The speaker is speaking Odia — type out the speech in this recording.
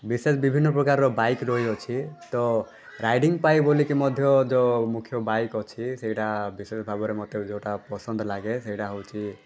ବିଶେଷ ବିଭିନ୍ନ ପ୍ରକାର ବାଇକ୍ ରହିଅଛି ତ ରାଇଡ଼ିଙ୍ଗ୍ ପାଏ ବୋଲିକି ମଧ୍ୟ ଯୋ ମୁଖ୍ୟ ବାଇକ୍ ଅଛି ସେଇଟା ବିଶେଷ ଭାବରେ ମୋତେ ଯେଉଁଟା ପସନ୍ଦ ଲାଗେ ସେଇଟା ହେଉଛି